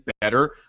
better